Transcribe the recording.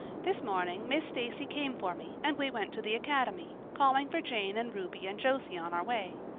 this morning miss stacy came for me and we went to the academy, calling for jane and ruby and josie on our way.